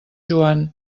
joan